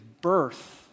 birth